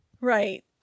Right